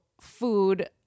food